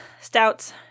stouts